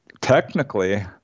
technically